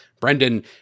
Brendan